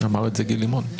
אמר את זה גיל לימון.